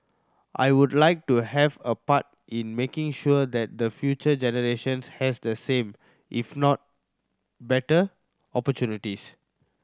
I would like to have a part in making sure that the future generations has the same if not better opportunities